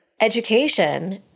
education